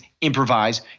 improvise